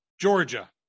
Georgia